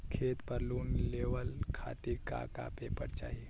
खेत पर लोन लेवल खातिर का का पेपर चाही?